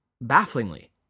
bafflingly